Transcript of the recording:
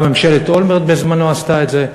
גם ממשלת אולמרט בזמנו עשתה את זה.